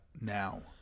now